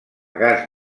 gas